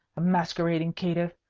a masquerading caitiff!